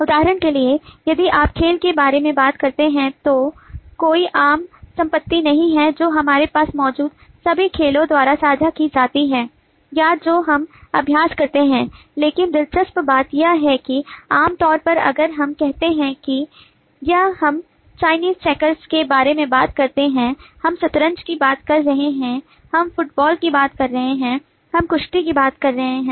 उदाहरण के लिए यदि आप खेल के बारे में बात करते हैं तो कोई आम संपत्ति नहीं है जो हमारे पास मौजूद सभी खेलों द्वारा साझा की जाती है या जो हम अभ्यास करते हैं लेकिन दिलचस्प बात यह है कि आमतौर पर अगर हम कहते हैं कि यह हम चीनी चेकर्स के बारे में बात कर रहे हैं हम शतरंज की बात कर रहे हैं हम फुटबाल की बात कर रहे हैं हम कुश्ती की बात कर रहे हैं